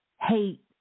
hate